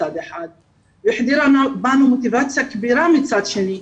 מצד אחד והחדירה בנו מוטיבציה כבירה מצד שני.